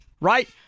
right